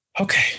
Okay